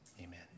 Amen